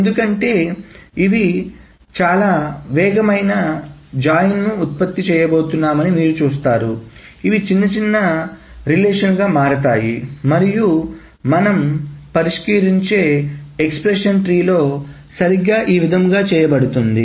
ఎందుకంటే ఇవి చాలా వేగవంతమైన జాయిన్ ను ఉత్పత్తి చేయబోతున్నాయని మీరు చూస్తారు ఇవి చిన్న సంబంధాలుగా మారతాయి మరియు మనం పరిష్కరించే ఎక్స్ప్రెషన్ ట్రీ లో సరిగ్గా ఈ విధముగా చేయబడుతోంది